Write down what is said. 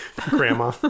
grandma